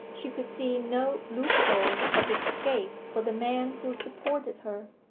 she could see no loophole of escape for the man who supported her.